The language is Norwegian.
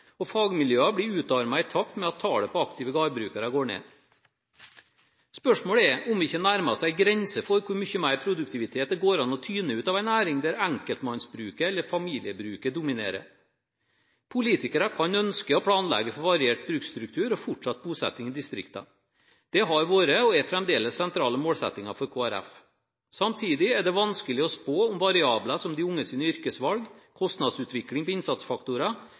og fagmiljøene blir utarmet i takt med at tallet på aktive gårdbrukere går ned. Spørsmålet er om vi ikke nærmer oss en grense for hvor mye mer produktivitet det går an å tyne ut av en næring der enkeltmannsbruket eller familiebruket dominerer. Politikere kan ønske og planlegge for variert bruksstruktur og fortsatt bosetting i distriktene. Det har vært og er fremdeles sentrale målsettinger for Kristelig Folkeparti. Samtidig er det vanskelig å spå om variabler som de unges yrkesvalg, kostnadsutvikling på innsatsfaktorer,